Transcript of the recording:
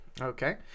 okay